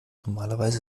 normalerweise